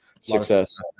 success